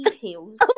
details